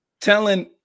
Telling